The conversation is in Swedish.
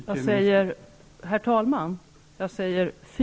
Herr talman! Jag säger: Fy!